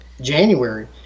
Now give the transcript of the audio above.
January